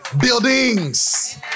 Buildings